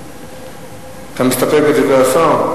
אתה מסתפק בדברי השר?